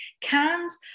cans